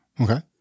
Okay